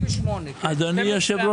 12:48. אדוני היושב,